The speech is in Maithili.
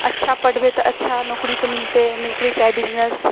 अच्छा पढ़बै तऽ अच्छा नौकरी तऽ मिलतै नौकरी चाहे बिजनेस